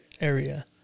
area